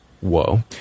whoa